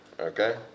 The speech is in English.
Okay